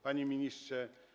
Panie Ministrze!